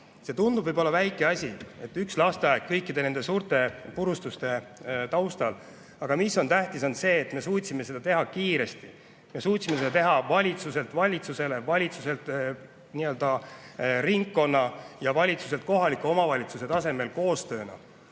See tundub võib-olla väike asi – üks lasteaed kõikide nende suurte purustuste taustal –, aga tähtis on see, et me suutsime seda teha kiiresti. Me suutsime seda teha valitsuselt valitsusele, nii-öelda ringkonna ja kohaliku omavalitsuse tasemel koostööna.